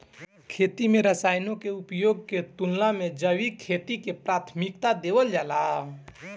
खेती में रसायनों के उपयोग के तुलना में जैविक खेती के प्राथमिकता देवल जाला